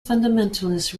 fundamentalist